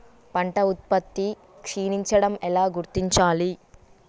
పంట ఉత్పత్తి క్షీణించడం ఎలా గుర్తించాలి?